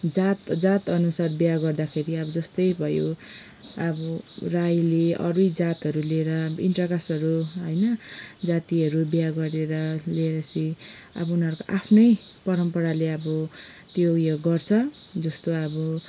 जात जात अनुसार बिहा गर्दाखेरि अब जस्तै भयो अब राईले अरू जातहरू ल्याएर इन्टरकास्टहरू होइन जातिहरू बिहा गरेर ल्याए पछि अब उनीहरूको आफ्नै परम्पराले अब त्यो ऊ यो गर्छ जस्तो अब